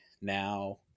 now